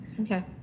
Okay